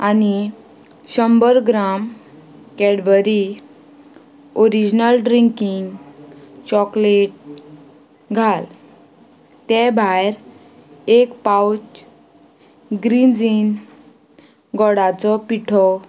आनी शंबर gram Cadbury original drinking chocolate घाल ते भायर एक पावच ग्रीन झीन गोडाचो पिठो